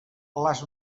les